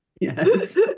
yes